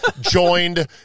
Joined